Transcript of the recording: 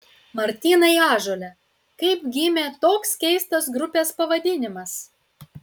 martynai ąžuole kaip gimė toks keistas grupės pavadinimas